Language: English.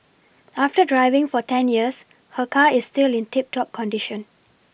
after driving for ten years her car is still in tip top condition